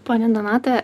ponia donata